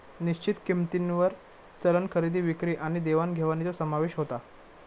निश्चित किंमतींवर चलन खरेदी विक्री आणि देवाण घेवाणीचो समावेश होता